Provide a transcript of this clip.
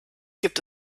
gibt